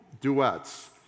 duets